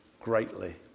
greatly